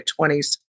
20s